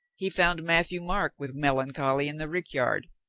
he found matthieu-marc with melancholy in the rickyard.